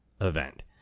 event